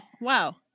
Wow